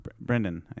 Brendan